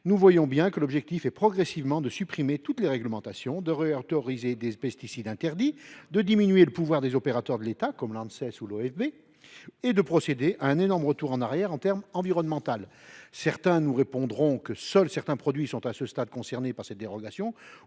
nous voyons bien que l’objectif est progressivement de supprimer toutes les réglementations, de réautoriser des pesticides interdits, de diminuer le pouvoir des opérateurs de l’État, comme l’Anses ou l’Office français de la biodiversité, et de procéder à un énorme retour en arrière sur le plan environnemental. Certains nous répondront que seuls certains produits sont, à ce stade, concernés par cette dérogation,